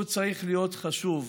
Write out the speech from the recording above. הוא צריך להיות חשוב,